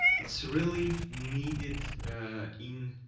it's really needed in